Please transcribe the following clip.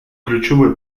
ключевой